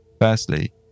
Firstly